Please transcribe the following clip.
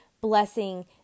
Blessing